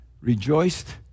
rejoiced